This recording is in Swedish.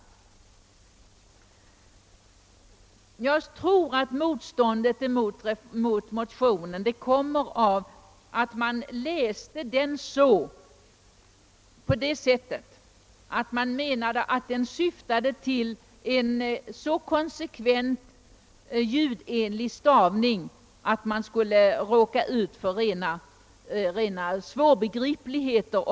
Jag tror att motståndet mot motionerna beror på att utskottet har läst dem på det sättet att man menade att de syftade till en så konsekvent ljudenlig stavning att det som skrevs skulle bli svårbegripligt.